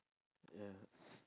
ya